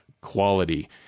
quality